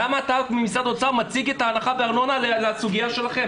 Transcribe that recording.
למה אתה במשרד האוצר מציג את ההנחיה בארנונה לסוגיה שלכם?